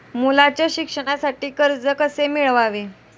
मुलाच्या शिक्षणासाठी कर्ज कसे मिळवावे?